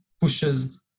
pushes